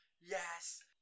yes